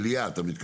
חברים.